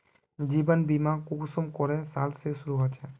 जीवन बीमा कुंसम करे साल से शुरू होचए?